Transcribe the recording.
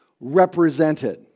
represented